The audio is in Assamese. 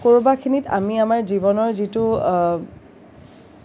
ক'ৰবাখিনিত আমাৰ জীৱনৰ যিটো